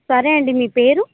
సరేండి మీ పేరు